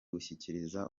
gushyikirizwa